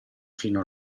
fino